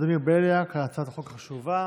ולדימיר בליאק על הצעת החוק החשובה.